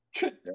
good